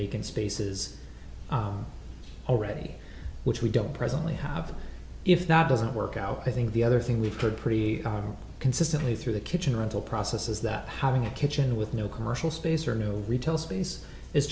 vacant spaces already which we don't presently have if not doesn't work out i think the other thing we've heard pretty consistently through the kitchen rental process is that having a kitchen with no commercial space or no retail space i